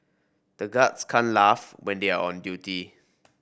the guards can't laugh when they are on duty